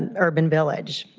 urban village.